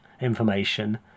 information